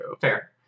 Fair